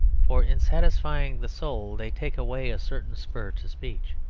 for in satisfying the soul they take away a certain spur to speech.